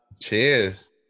Cheers